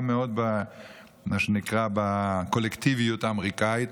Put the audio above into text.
מאוד במה שנקרא הקולקטיביות האמריקאית,